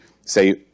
say